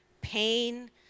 pain